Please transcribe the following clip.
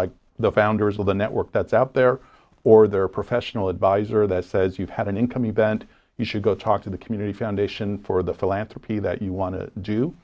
like the founders of the network that's out there or their professional advisor that says you have an income event you should go talk to the community foundation for the philanthropy that you want to do